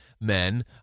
men